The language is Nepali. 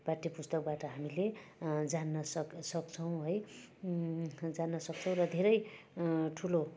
पाठ्य पुस्तकबाट हामीले जान्न सक् सक्छौँ है जान्न सक्छौँ र धेरै ठुलो